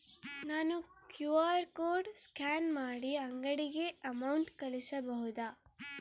ನಾನು QR code scan ಮಾಡಿ ಅಂಗಡಿಗೆ ಅಮೌಂಟ್ ಕಳಿಸಬಹುದಾ?